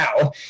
now